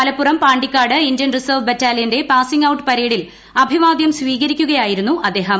മലപ്പുറം പാിക്കാട് Indian reserve ബറ്റാലിയന്റെ passing out പരേഡിൽ അഭിവാദ്യം സ്വീകരിക്കുകയായിരുന്നു അദ്ദേഹം